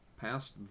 Past